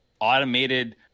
automated